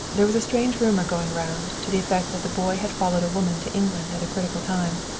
there was a strange rumor going round, to the effect that the boy had followed a woman to england at a critical time.